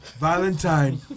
Valentine